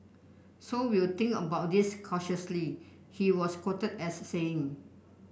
so we'll think about this cautiously he was quoted as saying